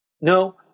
No